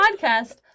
podcast